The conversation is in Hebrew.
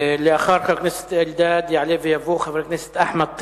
לאחר חבר הכנסת אלדד יעלה ויבוא חבר הכנסת אחמד טיבי.